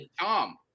Tom